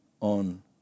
on